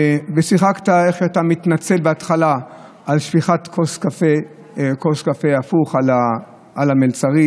שיחקת בהתחלה שאתה מתנצל על שפיכת כוס קפה הפוך על המלצרית,